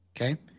okay